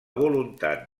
voluntat